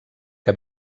que